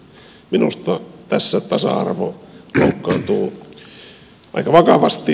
minusta tässä tasa arvo loukkaantuu aika vakavasti